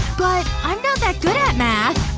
but i'm not that good at math,